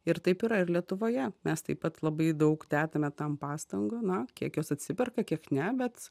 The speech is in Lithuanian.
ir taip yra ir lietuvoje mes taip pat labai daug dedame tam pastangų na kiek jos atsiperka kiek ne bet